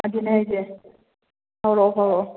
ꯑꯗꯨꯅꯦ ꯍꯥꯏꯁꯦ ꯐꯥꯎꯔꯛꯎ ꯐꯥꯎꯔꯛꯎ